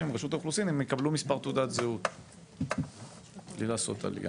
עם רשות האוכלוסין שהם יקבלו מספר תעודת זהות בלי לעשות עליה